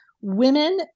women